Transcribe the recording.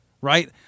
Right